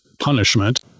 punishment